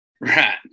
Right